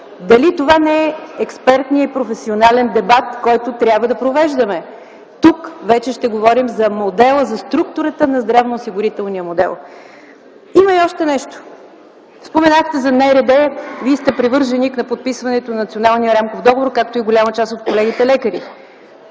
Дали това не е експертният професионален дебат, който трябва да провеждаме? Тук вече ще говорим за структурата на здравноосигурителния модел. Има и още нещо. Споменахме за НРД. Вие сте привърженик на подписването на Националния рамков договор, както и голямата част от колегите-лекари.